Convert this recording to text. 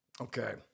Okay